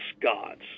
gods